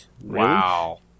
Wow